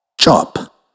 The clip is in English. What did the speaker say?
chop